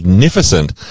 Magnificent